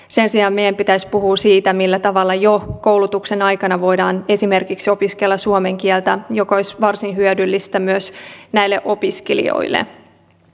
sen sijaan meidän pitäisi puhua siitä millä tavalla jo koulutuksen aikana voidaan esimerkiksi opiskella suomen kieltä joka olisi varsin hyödyllistä myös näille opiskelijoille